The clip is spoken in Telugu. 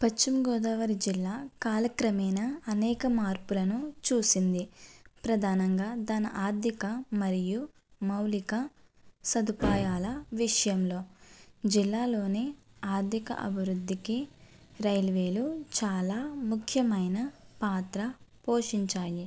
పశ్చిమగోదావరి జిల్లా కాలక్రమేణా అనేక మార్పులను చూసింది ప్రధానంగా దాని ఆర్ధిక మరియు మౌలిక సదుపాయాల విషయంలో జిల్లాలోని ఆర్థిక అభివృద్ధికి రైల్వేలు చాలా ముఖ్యమైన పాత్ర పోషించాయి